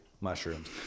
mushrooms